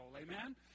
Amen